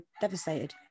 devastated